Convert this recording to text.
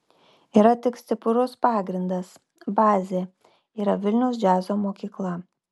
yra tik stiprus pagrindas bazė yra vilniaus džiazo mokykla